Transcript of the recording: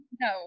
no